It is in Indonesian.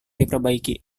diperbaiki